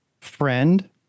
friend